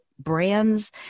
Brands